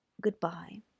Goodbye